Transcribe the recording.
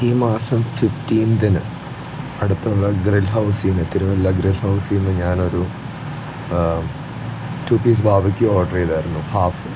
ഈ മാസം ഫിഫ്റ്റീൻത്തിന് അടുത്തുള്ള ഗ്രിൽ ഹൗസിൽ നിന്ന് തിരുവല്ല ഗ്രിൽ ഹൗസിൽ നിന്ന് ഞാനൊരു ടൂ പീസ് ബാർബക്യൂ ഓർഡർ ചെയ്തിരുന്നു ഹാഫ്